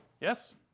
Yes